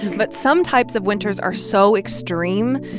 but some types of winters are so extreme,